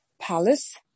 palace